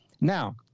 Now